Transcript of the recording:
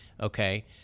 Okay